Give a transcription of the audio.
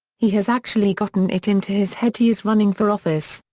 he has actually gotten it into his head he is running for office.